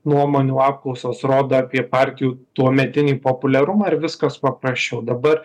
nuomonių apklausos rodo apie partijų tuometinį populiarumą ir viskas paprasčiau dabar